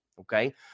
okay